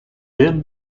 ben